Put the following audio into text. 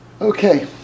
Okay